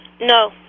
No